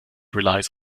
relies